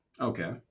Okay